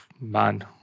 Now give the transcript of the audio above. man